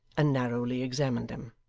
and narrowly examined them.